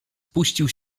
puścił